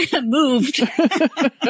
moved